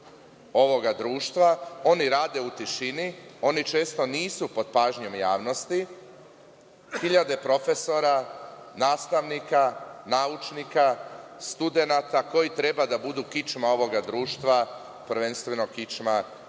ovoga društva, oni rade u tišini, oni često nisu pod pažnjom javnosti. Hiljade profesora, nastavnik, naučnika, studenata koji treba da budu kičma ovoga društva, prvenstveno kičma